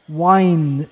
wine